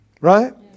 Right